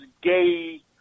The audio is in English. gay